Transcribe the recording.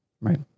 Right